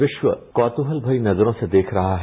आज विश्य कौतूहल भरी नजरों से देख रहा है